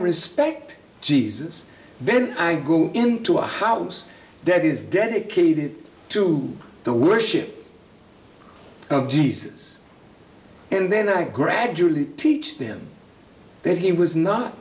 respect jesus then i go into a house that is dedicated to the worship of jesus and then i gradually teach them that he was not